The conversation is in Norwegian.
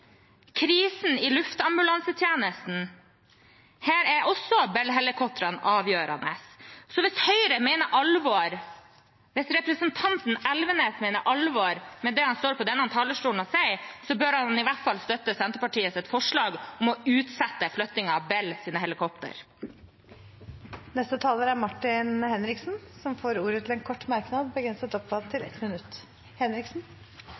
krisen i luftambulansetjenesten er Bell-helikoptrene avgjørende. Så hvis Høyre og representanten Elvenes mener alvor med det han står på denne talerstolen og sier, bør han i hvert fall støtte Senterpartiets forslag om å utsette flyttingen av Bell-helikopter. Representanten Martin Henriksen har hatt ordet to ganger tidligere og får ordet til en kort merknad, begrenset til